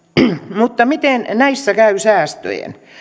mutta miten näissä käy säästöjen